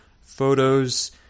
photos